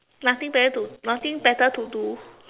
nothing better to nothing better to do